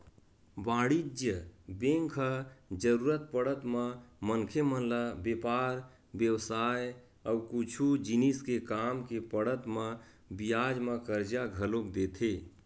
वाणिज्य बेंक ह जरुरत पड़त म मनखे मन ल बेपार बेवसाय अउ कुछु जिनिस के काम के पड़त म बियाज म करजा घलोक देथे